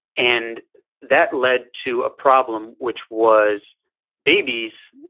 and that led to a problem which was babies,